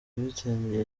yabitangiye